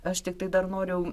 aš tiktai dar noriu